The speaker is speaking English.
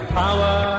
power